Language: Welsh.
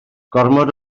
gormod